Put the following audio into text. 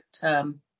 term